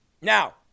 Now